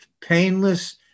painless